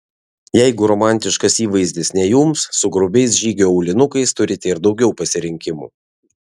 jeigu romantiškas įvaizdis ne jums su grubiais žygio aulinukais turite ir daugiau pasirinkimų